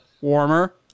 warmer